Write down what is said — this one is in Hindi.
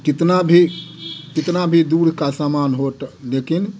कितना भी कितना भी दूर का सामान हो तो लेकिन